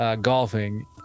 golfing